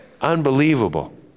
unbelievable